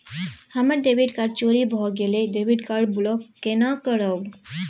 हमर debit card चोरी भगेलै डेबिट कार्ड ब्लॉक केना करब?